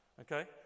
Okay